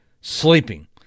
sleeping